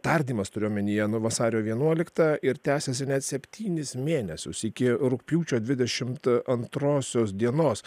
tardymas turiu omenyje nuo vasario vienuoliktą ir tęsiasi net septynis mėnesius iki rugpjūčio dvidešimt antrosios dienos